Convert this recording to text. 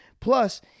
Plus